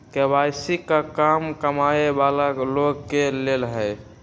KYC का कम कमाये वाला लोग के लेल है?